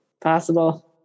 Possible